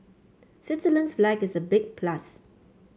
Switzerland's flag is a big plus